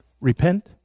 Repent